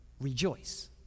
rejoice